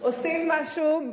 עושים משהו,